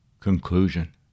Conclusion